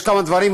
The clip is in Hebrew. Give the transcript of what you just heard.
יש כמה דברים,